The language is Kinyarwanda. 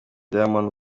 diamond